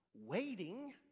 waiting